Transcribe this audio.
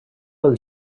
del